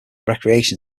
recreation